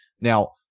Now